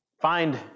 find